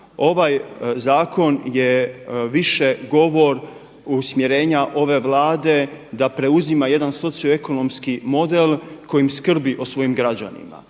Ovaj zakon je više govor usmjerenja ove Vlade da preuzima jedan socioekonomski model kojim skrbi o svojim građanima.